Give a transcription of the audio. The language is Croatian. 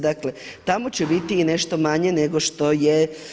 Dakle, tamo će biti i nešto manje nego što je.